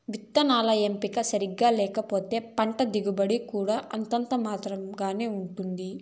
విత్తనాల ఎంపిక సరిగ్గా లేకపోతే పంట దిగుబడి కూడా అంతంత మాత్రం గానే ఉంటుంది